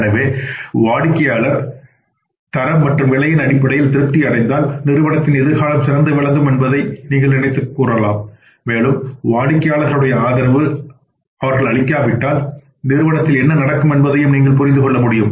எனவே வாடிக்கையாளர் தரம் மற்றும் விலையின் அடிப்படையில் திருப்தி அடைந்தால் நிறுவனத்தின் எதிர்காலம் சிறந்தது என்று நீங்கள் நினைக்கலாம் மேலும் வாடிக்கையாளர்கள் ஆதரவு அளிக்காவிட்டால் நிறுவனத்தில் என்ன நடக்கும் என்பதையும் நீங்கள் புரிந்து கொள்ள முடியும்